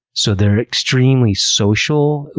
so, they're extremely social,